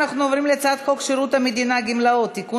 אנחנו עוברים להצעת חוק שירות המדינה (גמלאות) (תיקון